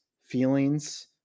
feelings